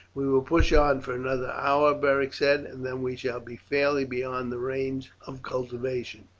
we will push on for another hour, beric said, and then we shall be fairly beyond the range of cultivation.